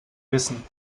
wissen